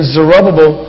Zerubbabel